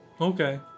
Okay